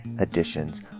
editions